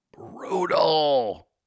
Brutal